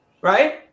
right